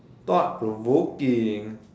thought provoking